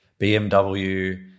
BMW